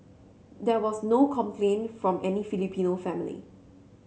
there was no complaint from any Filipino family